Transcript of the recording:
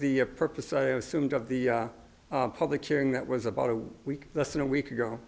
the purpose i assumed of the public hearing that was about a week less than a week ago